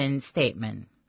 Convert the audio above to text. Statement